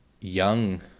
young